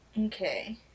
Okay